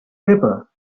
paper